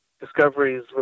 discoveries